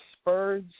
Spurs